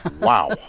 wow